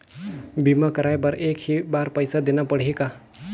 बीमा कराय बर एक ही बार पईसा देना पड़ही का?